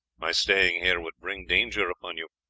my staying here would bring danger upon you.